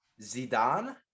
Zidane